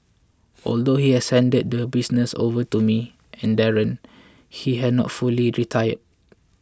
although he has handed the business over to me and Darren he has not fully retired